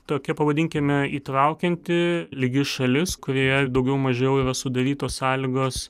tokia pavadinkime įtraukianti lygi šalis kurioje daugiau mažiau yra sudarytos sąlygos